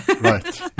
right